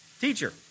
Teacher